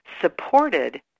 supported